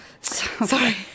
Sorry